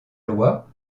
loi